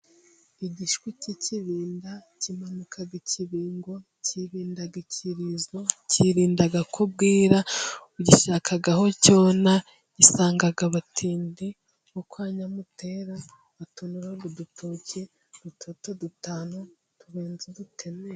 Igishwiti k'ikibinda kimanuka ikibingo kibinda ikirizo kirinda ko bwira gishaka aho cyona gisanga abatindi bo kwa nyamutera batonora udutoki dutoto dutanu turenze udutemeri.